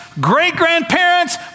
great-grandparents